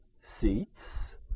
seats